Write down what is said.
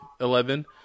Eleven